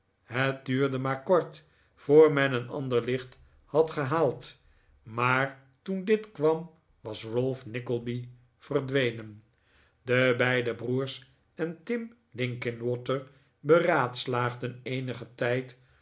het duurde maar kort voor men een ander licht had gehaald maar toen dit kwam was ralph nickleby verdwenen de beide broers en tim linkinwater beraadslaagden eenigen tijd